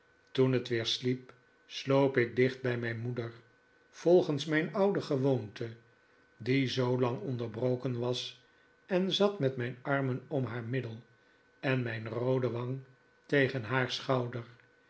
toen het weer sliep kroop ik dicht bij mijn moeder volgens mijn oude gewoonte die zoolang onderbroken was en zat met mijn armen om haar middel en mijn roode wang tegen haar schouder